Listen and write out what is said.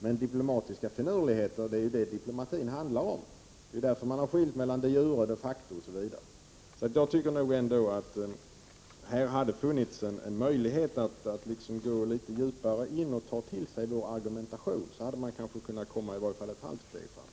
Men diplomatiska finurligheter är ju vad diplomatin handlar om. Det är därför man har skilt mellan de jure och de facto osv. Jag tycker nog ändå att här hade funnits en möjlighet att gå litet djupare in och ta till sig vår argumentation, så hade man kanske kunnat komma i varje fall ett halvt steg framåt.